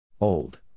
Old